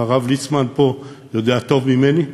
והרב ליצמן פה יודע טוב ממני,